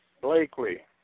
Blakely